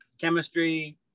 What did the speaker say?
chemistry